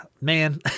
man